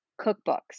cookbooks